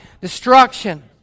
Destruction